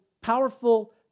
powerful